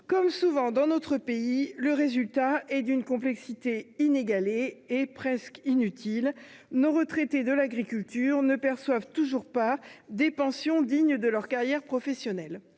Comme souvent dans notre pays, le résultat est d'une complexité inégalée et presque inutile, puisque ces retraités ne perçoivent toujours pas des pensions dignes de leur carrière professionnelle.